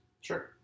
Sure